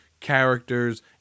characters